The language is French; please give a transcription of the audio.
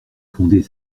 fonder